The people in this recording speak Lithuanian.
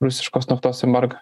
rusiškos naftos embargą